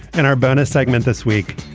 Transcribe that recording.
and our bonus segment this week,